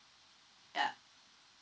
yeah